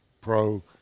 pro